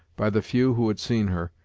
by the few who had seen her,